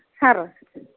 sir